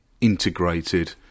integrated